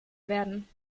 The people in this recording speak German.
werden